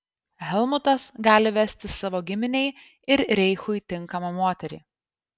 helmutas gali vesti savo giminei ir reichui tinkamą moterį